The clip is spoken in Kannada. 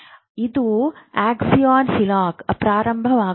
ಇದು ಆಕ್ಸಾನ್ ಹಿಲ್ಲೋಕ್ ಪ್ರಾರಂಭವಾಗುತ್ತದೆ